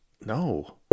No